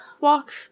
walk